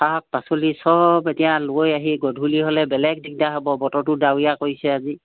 শাক পাচলি সব এতিয়া লৈ আহি গধূলি হ'লে বেলেগ দিগদাৰ হ'ব বতৰটো ডাৱৰীয়া কৰিছে আজি